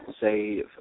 say